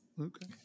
Okay